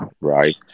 right